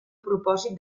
propòsit